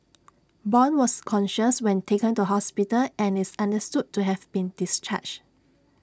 Bong was conscious when taken to hospital and is understood to have been discharged